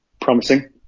promising